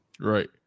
Right